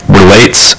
relates